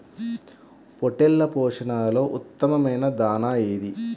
పొట్టెళ్ల పోషణలో ఉత్తమమైన దాణా ఏది?